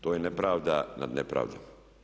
To je nepravda nad nepravdom.